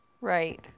Right